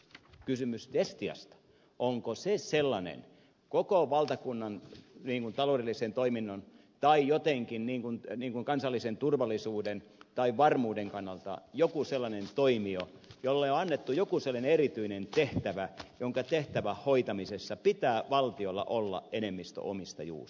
kysymys on destian osalta onko se sellainen koko valtakunnan taloudellisen toiminnan tai jotenkin kansallisen turvallisuuden tai varmuuden kannalta sellainen toimija jolle on annettu jokin sellainen erityinen tehtävä jonka hoitamisessa pitää valtiolla olla enemmistöomistajuus